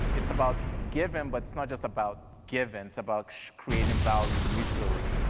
it's about giving but it's not just about giving, it's about creating value mutually,